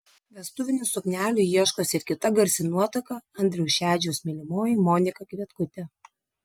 vestuvinių suknelių ieškosi ir kita garsi nuotaka andriaus šedžiaus mylimoji monika kvietkutė